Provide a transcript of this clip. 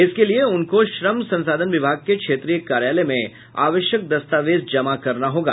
इसके लिए उनको श्रम संसाधन विभाग के क्षेत्रीय कार्यालय में आवश्यक दस्तावेज जमा करना होगा